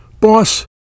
Boss